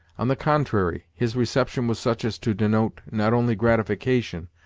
on the contrary, his reception was such as to denote not only gratification,